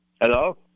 Hello